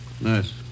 Nice